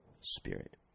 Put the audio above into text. spirit